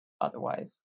otherwise